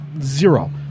Zero